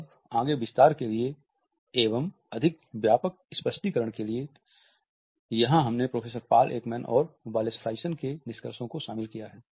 अब आगे के विस्तार के लिए एवं अधिक व्यापक स्पष्टीकरण के लिए यहाँ हमने प्रोफेसर पॉल एकमैन और वालेस फ्राइसन के निष्कर्षों को शामिल किया है